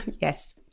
Yes